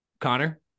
connor